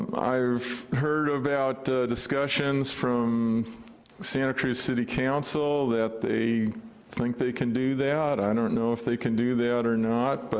um i've heard about from santa cruz city council that they think they could do that. i don't know if they could do that or not, but